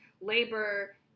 labor